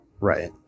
Right